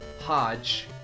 Hodge